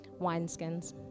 wineskins